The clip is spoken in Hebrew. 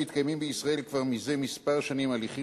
מתקיימים בישראל כבר זה כמה שנים הליכים